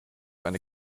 eine